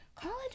college